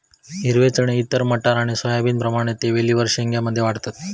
हिरवे चणे इतर मटार आणि सोयाबीनप्रमाणे ते वेलींवर शेंग्या मध्ये वाढतत